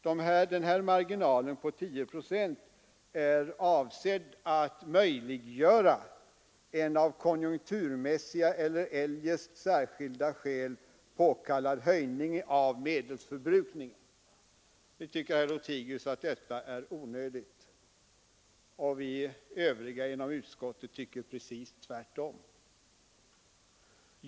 Denna marginal är avsedd att möjliggöra en av konjunkturmässiga eller eljest särskilda skäl påkallad höjning av medelsförbrukningen. Herr Lothigius tycker att detta är onödigt medan vi inom utskottet i övrigt tycker precis tvärtemot.